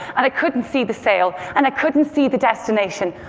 and i couldn't see the sails, and i couldn't see the destination.